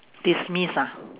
dismiss ah